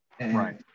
Right